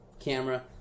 camera